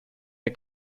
der